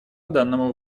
данному